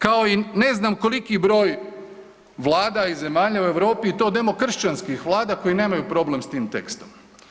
Kao i ne znam koliki broj vlada i zemalja u Europi i to demokršćanskih vlada koji nemaju problem s tim tekstom.